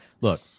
look